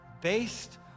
Based